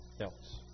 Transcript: else